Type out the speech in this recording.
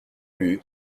lut